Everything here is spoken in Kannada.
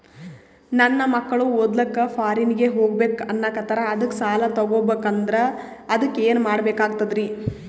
ನನ್ನ ಮಕ್ಕಳು ಓದ್ಲಕ್ಕ ಫಾರಿನ್ನಿಗೆ ಹೋಗ್ಬಕ ಅನ್ನಕತ್ತರ, ಅದಕ್ಕ ಸಾಲ ತೊಗೊಬಕಂದ್ರ ಅದಕ್ಕ ಏನ್ ಕೊಡಬೇಕಾಗ್ತದ್ರಿ?